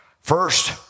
First